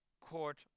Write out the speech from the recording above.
court